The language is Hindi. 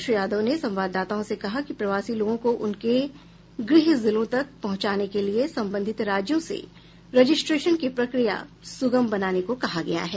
श्री यादव ने संवाददाताओं से कहा कि प्रवासी लोगों को उनके गृह जिलों तक पहुंचाने के लिए संबंधित राज्यों से रजिस्ट्रेशन की प्रक्रिया सुगम बनाने को कहा गया है